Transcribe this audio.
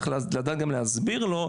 צריך גם לדעת להסביר לו,